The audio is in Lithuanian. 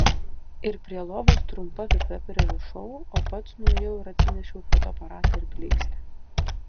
ir prie lovos trumpa virve pririšau o pats nuėjau ir atsinešiau fotoaparatą ir blykstę